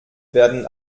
werden